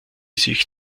sich